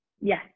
Yes